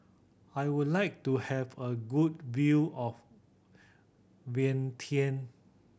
I would like to have a good view of Vientiane